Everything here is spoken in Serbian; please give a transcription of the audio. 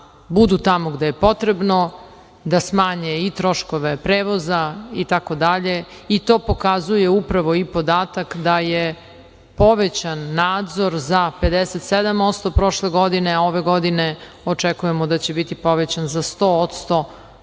budu tamo da je potrebno, da smanje i troškove i prevoza i tako dalje. To pokazuje upravo i podatak da je povećan nadzor za 57% prošle godine, a ove godine očekujemo da će biti povećan za sto